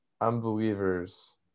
unbelievers